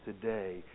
today